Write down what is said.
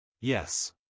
Yes